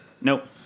Nope